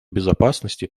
безопасности